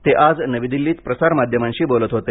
ते आज नवी दिल्लीती इथं प्रसारमाध्यमांशी बोलत होते